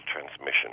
transmission